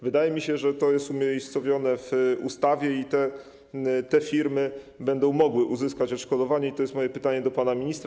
Wydaje mi się, że to jest umiejscowione w ustawie i te firmy będą mogły uzyskać odszkodowanie i to jest moje pytanie do pana ministra.